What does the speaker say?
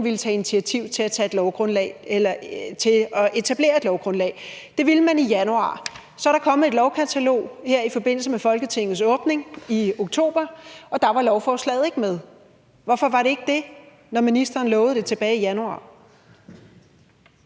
ville tage initiativ til at etablere et lovgrundlag. Det ville man i januar. Så er der kommet et lovkatalog her i forbindelse med Folketingets åbning i oktober, og der var lovforslaget ikke med. Hvorfor var det ikke det, når ministeren lovede det tilbage i januar?